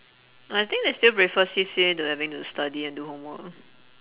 I think they still prefer C_C_A to having to study and do homework